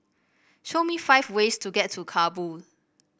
show me five ways to get to Kabul